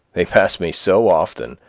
they pass me so often,